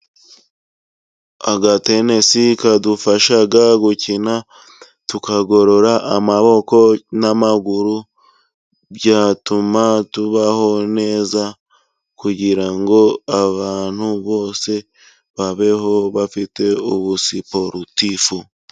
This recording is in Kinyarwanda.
Agatenesi kadufasha gukina, tukagorora amaboko n'amaguru, byatuma tubaho neza, kugira ngo abantu bose babeho bafite ubusiporutifu.